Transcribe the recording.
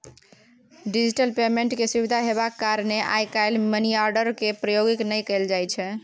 digital payment केर सुविधा हेबाक कारणेँ आइ काल्हि मनीआर्डर केर प्रयोग नहि कयल जाइ छै